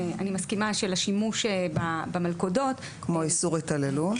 אני מסכימה שלשימוש במלכודות --- כמו איסור התעללות?